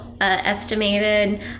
estimated